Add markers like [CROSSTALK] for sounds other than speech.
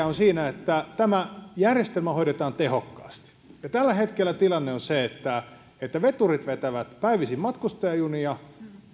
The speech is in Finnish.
[UNINTELLIGIBLE] on siinä että tämä järjestelmä hoidetaan tehokkaasti tällä hetkellä tilanne on se että että veturit vetävät päivisin matkustajajunia